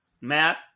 Matt